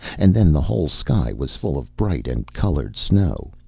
and then the whole sky was full of bright and colored snow.